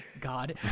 God